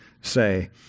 say